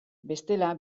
bestela